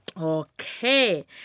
Okay